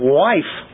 wife